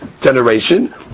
generation